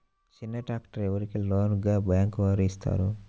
చిన్న ట్రాక్టర్ ఎవరికి లోన్గా బ్యాంక్ వారు ఇస్తారు?